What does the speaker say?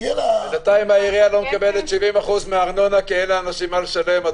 בינתיים העירייה לא מקבלת 70% מארנונה כי אין לאנשים מה לשלם.